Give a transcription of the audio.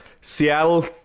Seattle